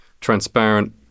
transparent